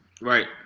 Right